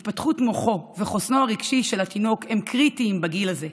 התפתחות מוחו וחוסנו הרגשי של התינוק הם קריטיים בגיל הזה.